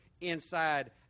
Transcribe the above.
inside